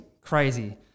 crazy